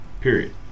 Period